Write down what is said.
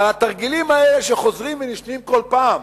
אבל התרגילים האלה, שחוזרים ונשנים כל פעם,